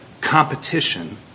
Competition